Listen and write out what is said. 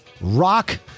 rock